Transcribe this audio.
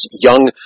young